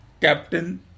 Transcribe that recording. captain